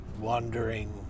wandering